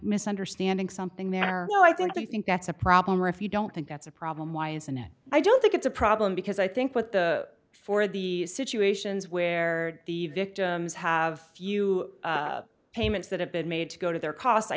misunderstanding something they are well i think they think that's a problem or if you don't think that's a problem why isn't it i don't think it's a problem because i think with the for the situations where the victims have few payments that have been made to go to their costs i